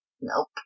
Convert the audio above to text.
Nope